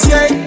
Say